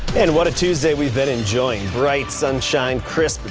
and what a tuesday we've been enjoying bright sunshine chris,